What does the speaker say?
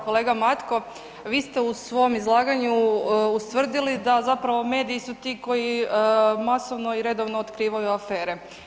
Kolega Matko vi ste u svom izlaganju ustvrdili da zapravo mediji su ti koji masovno i redovno otkrivaju afere.